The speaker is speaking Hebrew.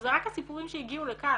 וזה רק הסיפורים שהגיעו לכן,